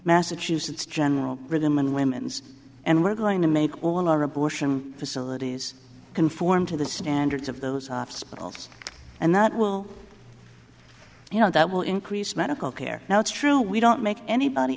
massachusetts general rhythm and women's and we're going to make all our abortion facilities conform to the standards of those obstacles and that will you know that will increase medical care now it's true we don't make anybody